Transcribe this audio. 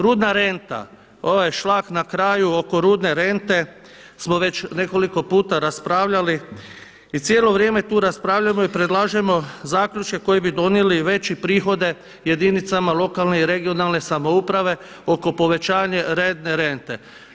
Rudna renta, ovaj šlag na kraju oko rudne rente smo već nekoliko puta raspravljali i cijelo vrijeme tu raspravljamo i predlažemo zaključke koje bi donijeli veće prihode jedinicama lokalne i regionalne samouprave oko povećanja redne rente.